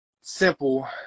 simple